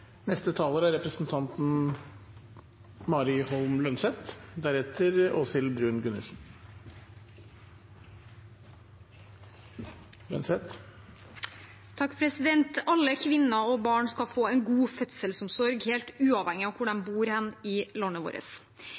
Alle kvinner og barn skal få en god fødselsomsorg helt uavhengig av hvor de bor i landet vårt.